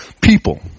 people